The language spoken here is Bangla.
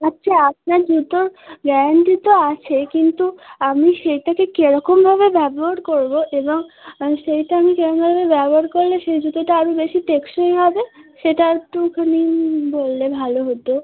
আচ্ছা আপনার জুতোর গ্যারান্টি তো আছে কিন্তু আমি সেটাকে কিরকমভাবে ব্যবহার করবো এবং সেইটা কেরকমভাবে ব্যবহার করলে সেই জুতোটা আরো বেশি টেকসই হবে সেটা একটুখানি বললে ভালো হতো